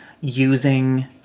using